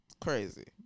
crazy